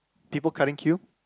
people cutting queue